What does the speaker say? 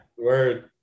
Word